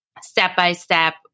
step-by-step